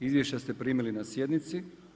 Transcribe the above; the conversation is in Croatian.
Izvješća ste primili na sjednici.